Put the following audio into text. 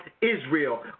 Israel